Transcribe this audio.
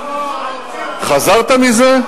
חזרת מזה,